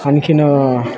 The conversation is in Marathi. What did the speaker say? आणखीन